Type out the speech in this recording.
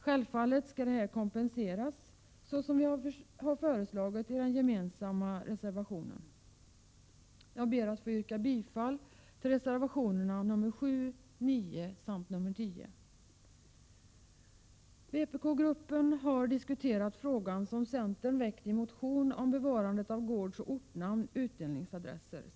Självfallet skall detta kompenseras så som vi föreslagit i den gemensamma reservationen. Jag ber att få yrka bifall till reservationerna nr 7, 9 samt nr 10. Vpk-gruppen har diskuterat den fråga som centern väckt i sin motion om bevarandet av gårdsoch ortnamn i utdelningsadresser.